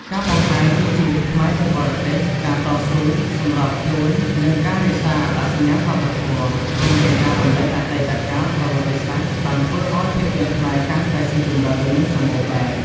ការបង្ហាញពីជីវិតខ្មែរនៅបរទេស ការតស៊ូ សម្របខ្លួន និងការរក្សាអត្តសញ្ញាណវប្បធម៌ រួមទាំងការរំលេចអតីតកាលប្រវត្តិសាស្ត្រ បានធ្វើឱ្យភាពយន្តខ្មែរកាន់តែស៊ីជម្រៅ និងសម្បូរបែប។